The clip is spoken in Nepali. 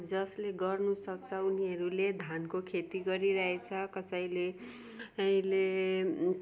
जसले गर्नु सक्छ उनीहरूले धानको खेती गरिरहेको छ कसैले अहिले